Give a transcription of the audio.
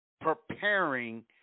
preparing